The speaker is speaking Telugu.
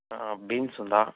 బీన్స్ ఉందా